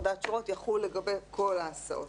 הפרדת שורות, יחול לגבי כל ההסעות,